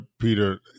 peter